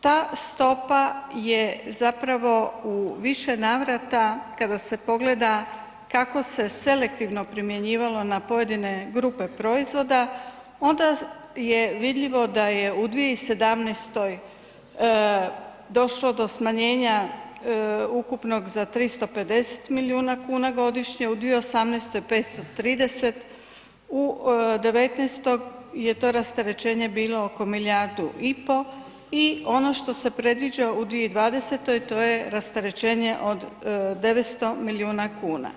ta stopa je zapravo u više navrata kada se pogleda kako se selektivno primjenjivalo na pojedine grupe proizvoda, onda je vidljivo da je u 2017. došlo do smanjenja ukupnog za 350 milijuna kuna godišnje, u 2018. 530., u 19. je to rasterećenje bilo oko milijardu i pol i ono što se predviđa u 2020., to je rasterećenje od 900 milijuna kuna.